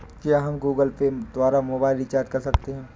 क्या हम Google Pay द्वारा मोबाइल रिचार्ज कर सकते हैं?